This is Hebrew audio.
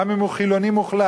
גם אם הוא חילוני מוחלט,